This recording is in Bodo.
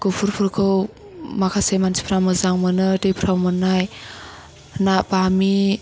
गुफुरफुरफोरखौ माखासे मानसिफ्रा मोजां मोनो दैफ्राव मोन्नाय ना बामि